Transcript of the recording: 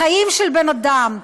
חיים של בן אדם,